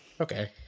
Okay